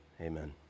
amen